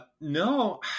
No